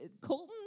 Colton